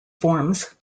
forms